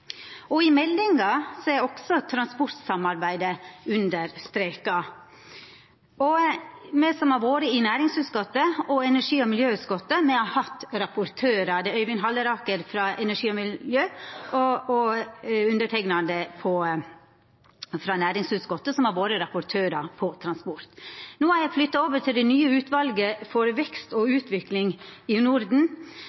I meldinga er også transportsamarbeidet understreka. Me som har vore i næringsutskottet og i energi- og miljøutskottet, har hatt rapportørar. Det er Øyvind Halleraker frå energi- og miljøutskottet og underteikna frå næringsutskottet som har vore rapportørar for transport. No er eg flytta over til det nye utvalet for vekst og